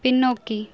பின்னோக்கி